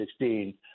2016